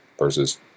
Versus